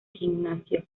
gimnasio